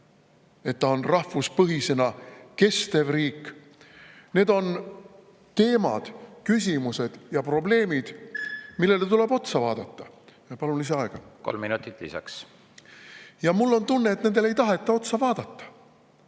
et ta on rahvuspõhisena kestev riik. Need on need teemad, küsimused ja probleemid, millele tuleb otsa vaadata. Palun lisaaega. Kolm minutit lisaks. Ja mul on tunne, et nendele ei taheta otsa vaadata.